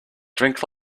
drink